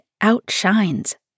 outshines